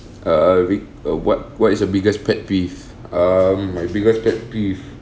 err wait uh what what is your biggest pet peeve um my biggest pet peeve